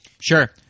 Sure